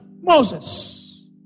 Moses